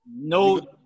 No